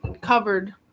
covered